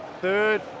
Third